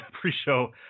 pre-show